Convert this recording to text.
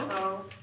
o.